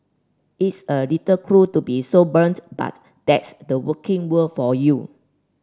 it's a little cruel to be so blunt but that's the working world for you